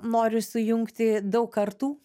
noriu sujungti daug kartų